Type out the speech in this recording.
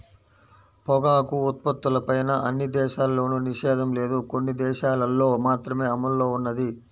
పొగాకు ఉత్పత్తులపైన అన్ని దేశాల్లోనూ నిషేధం లేదు, కొన్ని దేశాలల్లో మాత్రమే అమల్లో ఉన్నది